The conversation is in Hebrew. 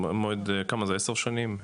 כמה זה עשר שנים,